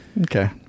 okay